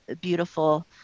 beautiful